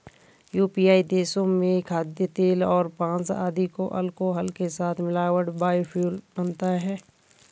यूरोपीय देशों में खाद्यतेल और माँस आदि को अल्कोहल के साथ मिलाकर बायोफ्यूल बनता है